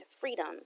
freedom